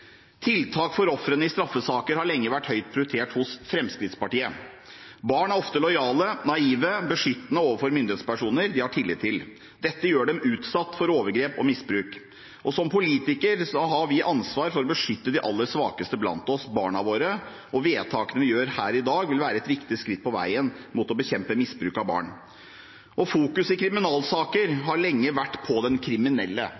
Tiltak for ofrene i straffesaker har lenge vært høyt prioritert hos Fremskrittspartiet. Barn er ofte lojale, naive og beskyttende overfor myndighetspersoner de har tillit til. Dette gjør dem utsatt for overgrep og misbruk. Som politikere har vi ansvar for å beskytte de aller svakeste blant oss, barna våre, og vedtakene vi gjør her i dag, vil være et viktig skritt på veien mot å bekjempe misbruk av barn. Fokuset i kriminalsaker har lenge vært på den kriminelle.